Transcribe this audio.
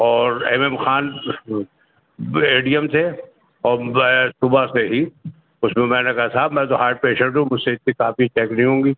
اور M M Khan A D M تھے اور میں صبح سے ہی اس میں نے کہا صاحب میں تو ہارٹ پریشنٹ ہوں مجھ سے اتنی کاپی چیک نہیں ہوں گی